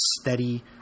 steady